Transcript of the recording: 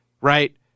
right